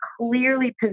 clearly